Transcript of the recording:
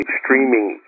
streaming